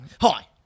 Hi